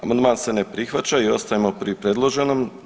Amandman se ne prihvaća i ostajemo pri predloženom.